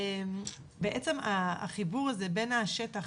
בעצם החיבור הזה בין השטח,